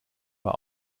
war